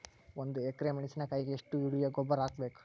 ಒಂದು ಎಕ್ರೆ ಮೆಣಸಿನಕಾಯಿಗೆ ಎಷ್ಟು ಯೂರಿಯಾ ಗೊಬ್ಬರ ಹಾಕ್ಬೇಕು?